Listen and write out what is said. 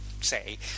say